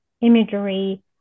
imagery